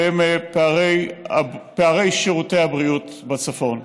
והיא פערי שירותי הבריאות בצפון.